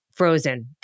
Frozen